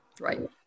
right